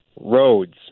roads